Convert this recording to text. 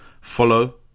follow